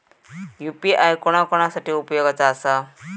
UPI कोणा कोणा साठी उपयोगाचा आसा?